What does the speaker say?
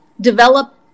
develop